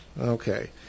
Okay